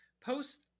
post